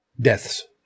Deaths